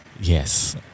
Yes